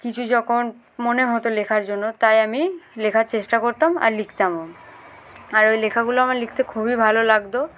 কিছু যখন মনে হতো লেখার জন্য তাই আমি লেখার চেষ্টা করতাম আর লিখতামও আর ওই লেখাগুলো আমার লিখতে খুবই ভালো লাগত